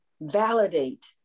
validate